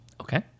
Okay